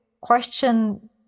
question